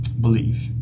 believe